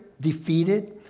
defeated